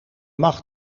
mag